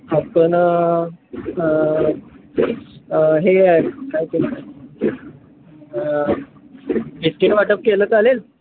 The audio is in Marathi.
आपण हे काय केलं वाटप केलं चालेल